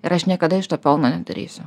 ir aš niekada iš to pelno nedarysiu